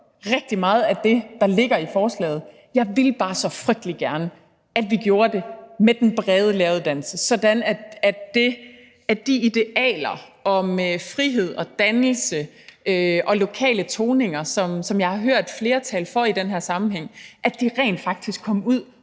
rigtig meget af det, der ligger i forslaget. Jeg ville bare så frygtelig gerne, at vi gjorde det med den brede læreruddannelse, sådan at de idealer om frihed og dannelse og lokale toninger, som jeg har hørt flere tale for i den her sammenhæng, rent faktisk kom ud